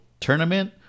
tournament